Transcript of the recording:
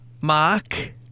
Mark